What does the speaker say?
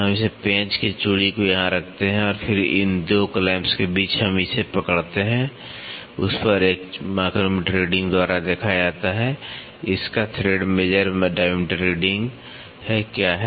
हम इसे पेंच के चूड़ी को यहां रखते हैं और फिर इन 2 क्लैम्प्स के बीच हम इसे पकड़ते हैं उस पर एक माइक्रोमीटर रीडिंग द्वारा देखा जाता है इसका थ्रेड मेजर डायमीटर रीडिंग क्या है